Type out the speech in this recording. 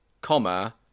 comma